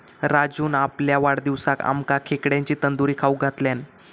राजून आपल्या वाढदिवसाक आमका खेकड्यांची तंदूरी खाऊक घातल्यान